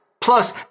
Plus